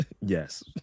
Yes